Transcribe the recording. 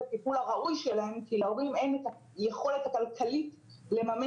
הטיפול הראוי שלהם כי להורים אין את היכולת הכלכלית לממן